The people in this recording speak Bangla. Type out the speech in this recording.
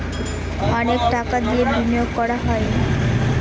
অনেক টাকা দিয়ে বিনিয়োগ করা হয়